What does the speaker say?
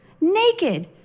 naked